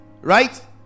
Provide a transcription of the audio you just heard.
right